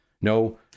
no